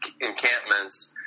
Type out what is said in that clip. encampments